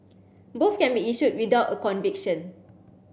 both can be issued without a conviction